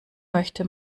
möchte